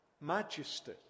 Majesty